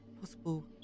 possible